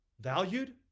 valued